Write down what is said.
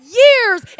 years